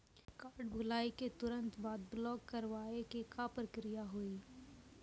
Card भुलाए के तुरंत बाद ब्लॉक करवाए के का प्रक्रिया हुई?